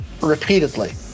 repeatedly